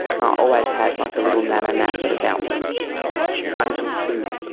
always had like a little nanna nap at about one till two.